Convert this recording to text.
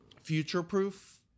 future-proof